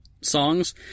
songs